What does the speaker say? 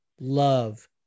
Love